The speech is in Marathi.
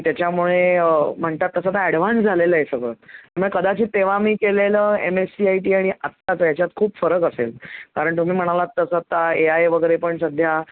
की त्याच्यामुळे म्हणतात तसं तर ॲडवान्स झालेलं आहे सगळं मग कदाचित तेव्हा मी केलेलं M S C I T आणि आत्ताचं ह्याच्यात खूप फरक असेल कारण तुम्ही म्हणालात तसं आता ए आय वगैरे पण सध्या